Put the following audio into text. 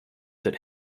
that